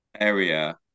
area